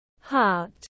heart